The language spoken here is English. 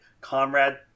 Comrade